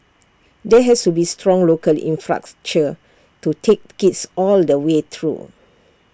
there has to be A strong local infrastructure to take kids all the way through